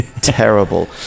Terrible